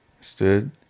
Stood